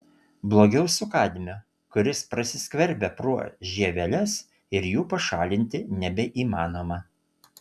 blogiau su kadmiu kuris prasiskverbia pro žieveles ir jų pašalinti nebeįmanoma